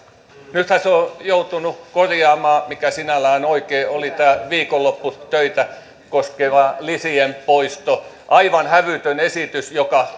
nythän se on joutunut korjaamaan mikä sinällään on oikein oli tämä viikonlopputöitä koskeva lisien poisto sitten aivan hävytön esitys joka